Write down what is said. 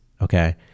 okay